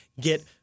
get